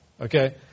Okay